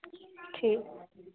ठीक